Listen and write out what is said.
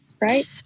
right